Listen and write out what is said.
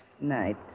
night